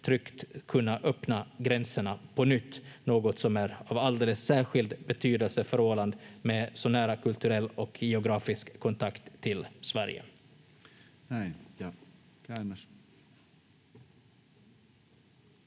tryggt kunna öppna gränserna på nytt, något som är av alldeles särskild betydelse för Åland med så nära kulturell och geografisk kontakt till Sverige.